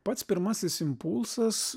pats pirmasis impulsas